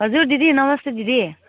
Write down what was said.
हजुर दिदी नमस्ते दिदी